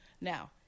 Now